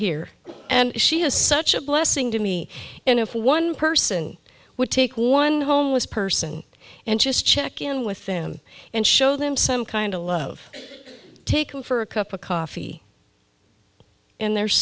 here and she has such a blessing to me and if one person would take one homeless person and just check in with them and show them some kind of love take you for a cup of coffee and there's